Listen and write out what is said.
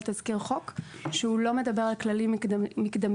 תזכיר חוק שלא מדבר על כללים מקדמיים,